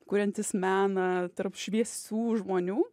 kuriantis meną tarp šviesių žmonių